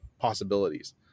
possibilities